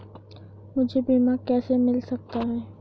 मुझे बीमा कैसे मिल सकता है?